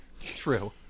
True